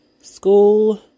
school